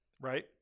right